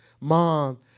mom